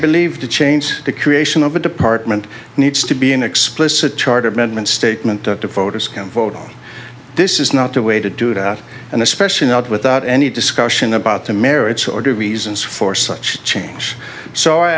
believe to change the creation of a department needs to be an explicit charter amendment statement to voters vote this is not the way to do that and especially not without any discussion about the merits or do reasons for such change so i